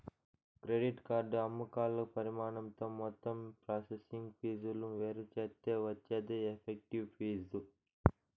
credit card అమ్మకాల పరిమాణంతో మొత్తం ప్రాసెసింగ్ ఫీజులు వేరుచేత్తే వచ్చేదే ఎఫెక్టివ్ ఫీజు